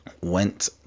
went